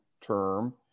term